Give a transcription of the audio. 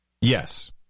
Yes